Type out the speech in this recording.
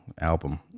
album